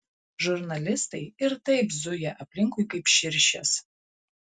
žurnalistai ir taip zuja aplinkui kaip širšės